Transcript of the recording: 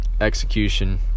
execution